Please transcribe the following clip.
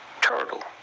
turtle